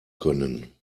können